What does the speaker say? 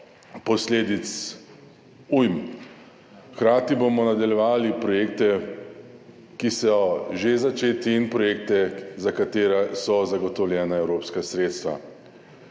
posledic ujm. Hkrati bomo nadaljevali projekte, ki so že začeti, in projekte, za katere so zagotovljena evropska sredstva.